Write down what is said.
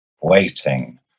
waiting